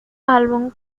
álbum